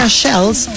shells